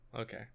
okay